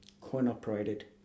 coin-operated